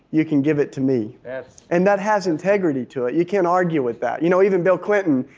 you can give it to me. and that has integrity to it. you can't argue with that you know even bill clinton,